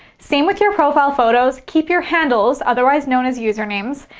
same with your profile photos, keep your handles, otherwise known as user names,